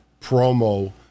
promo